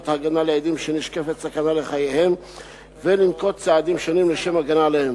הגנה לעדים שנשקפת סכנה לחייהם ולנקוט צעדים שונים לשם הגנה עליהם.